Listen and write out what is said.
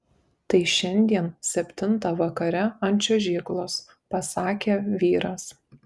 tai šiandien septintą vakare ant čiuožyklos pasakė vyras